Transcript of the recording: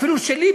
ואפילו שלי,